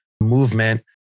movement